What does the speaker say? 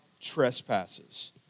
trespasses